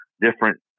different